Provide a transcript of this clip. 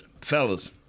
fellas